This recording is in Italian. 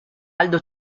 aldo